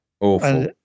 awful